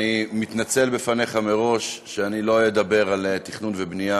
אני מתנצל בפניך מראש שאני לא אדבר על תכנון ובנייה